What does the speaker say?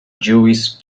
jewish